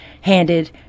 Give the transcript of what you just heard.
handed